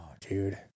dude